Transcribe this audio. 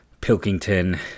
Pilkington